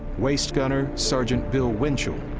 waist gunner, sergeant bill winchell,